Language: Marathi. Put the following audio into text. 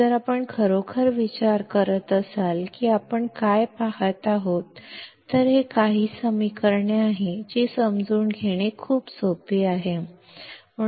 जर आपण खरोखर विचार करत असाल की आपण काय पहात आहोत हे काही समीकरणे आहेत जी समजून घेणे इतके सोपे आहे